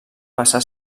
passar